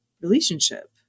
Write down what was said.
relationship